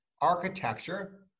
architecture